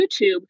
YouTube